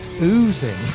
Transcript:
oozing